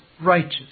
righteous